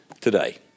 today